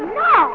no